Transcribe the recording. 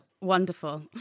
Wonderful